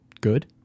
good